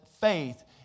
faith